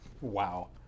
Wow